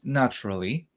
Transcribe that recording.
naturally